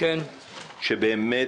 שבאמת